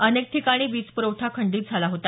अनेक ठिकाणी वीज पुरवठा खंडित झाला होता